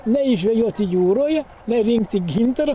nei žvejoti jūroje nei rinkti gintaro